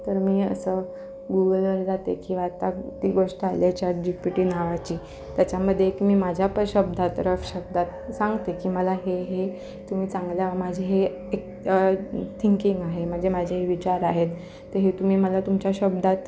तर मी असं गुगलवर जाते किंवा आता ती गोष्ट आली आहे चॅटजीपीटी नावाची त्याच्यामध्ये एक मी माझ्या पण शब्दात रफ शब्दात सांगते की मला हे तुम्ही चांगल्या माझे हे एक थिंकिंग आहे म्हणजे माझे विचार आहेत तर हे तुम्ही मला तुमच्या शब्दात